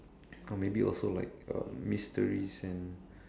or maybe also like um mysteries and